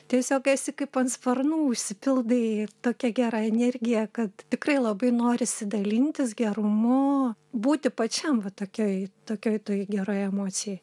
tiesiog esi kaip ant sparnų užsipildai tokia gera energija kad tikrai labai norisi dalintis gerumu būti pačiam va tokioj tokioj toj geroj emocijoj